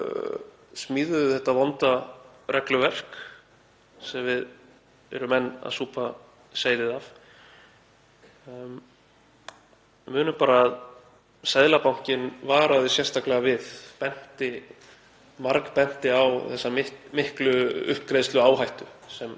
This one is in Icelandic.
smíðuðu þetta vonda regluverk sem við erum enn að súpa seyðið af? Munum að Seðlabankinn varaði sérstaklega við og margbenti á þessa miklu uppgreiðsluáhættu sem